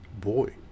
boy